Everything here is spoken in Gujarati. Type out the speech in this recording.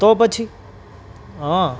તો પછી હા